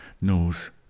knows